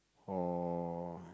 or